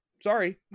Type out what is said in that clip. Sorry